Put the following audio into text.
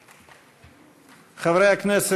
את הצעת